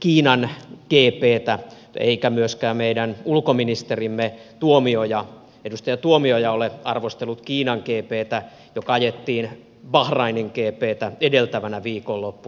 kiinan gptä eikä myöskään meidän ulkoministerimme edustaja tuomioja ole arvostellut kiinan gptä joka ajettiin bahrainin gptä edeltävänä viikonloppuna